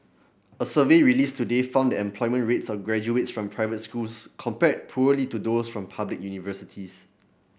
a survey released today found employment rates of graduates from private schools compared poorly to those from public universities